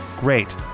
great